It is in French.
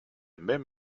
même